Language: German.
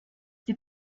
die